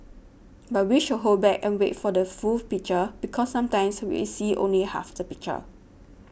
but we should hold back and wait for the full picture because sometimes we see only half the picture